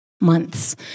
months